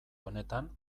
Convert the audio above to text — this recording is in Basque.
honetan